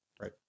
Right